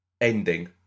ending